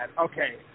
Okay